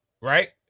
right